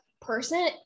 person